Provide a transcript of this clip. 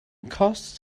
costs